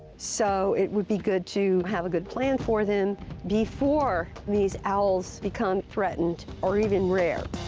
so it would be good to have a good plan for them before these owls become threatened or even rare.